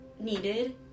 needed